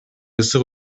ысык